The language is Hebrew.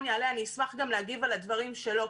יעלה אני אשמח גם להגיב על הדברים שלו,